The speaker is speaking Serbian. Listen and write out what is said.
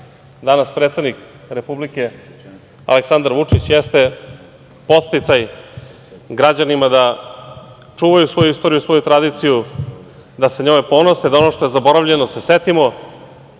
danas predsednik Republike Aleksandar Vučić jeste podsticaj građanima da čuvaju svoju istoriju, svoju tradiciju, da se njome ponose, da ono što je zaboravljeno se setimo.